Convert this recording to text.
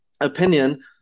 opinion